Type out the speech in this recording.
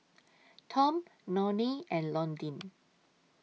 Tom Nonie and Londyn